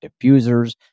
diffusers